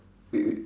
read it